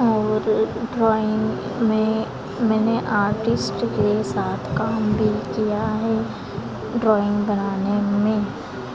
और ड्रॉइंग में मैंने आर्टिस्ट के साथ काम भी किया है ड्रॉइंग बनाने में